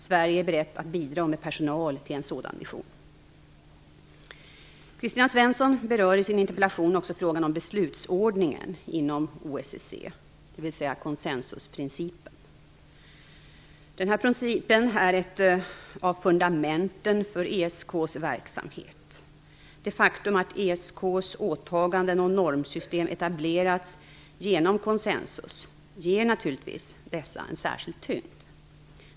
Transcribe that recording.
Sverige är berett att bidra med personal till en sådan mission. Kristina Svensson berör i sin interpellation också frågan om beslutsordningen inom OSSE, dvs. konsensusprincipen. Konsensusprincipen är ett av fundamenten för ESK:s verksamhet. Det faktum att ESK:s åtaganden och normsystem etablerats genom konsensus ger naturligtvis dessa en särskild tyngd.